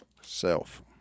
Self